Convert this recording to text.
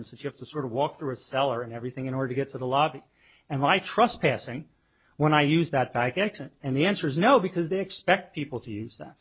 that you have to sort of walk through a cellar and everything in order to get to the lobby and i trust passing when i use that back exit and the answer is no because they expect people to use that